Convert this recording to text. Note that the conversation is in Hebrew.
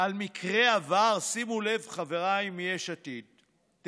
על מקרי עבר" שימו לב, חבריי מיש עתיד-תל"ם,